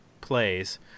plays